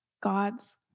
God's